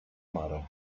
mare